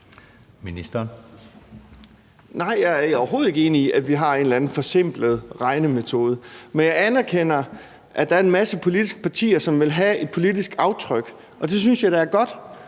Danielsen): Nej, jeg er overhovedet ikke enig i, at vi har en eller anden forsimplet regnemetode, men jeg anerkender, at der er en masse politiske partier, som vil have et politisk aftryk – og det synes jeg da er godt.